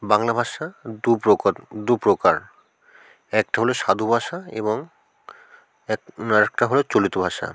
বাংলা ভাষা দু প্রকার দু প্রকার একটা হলো সাধু ভাষা এবং এক না আরেকটা হলো চলিত ভাষা